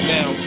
Now